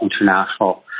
international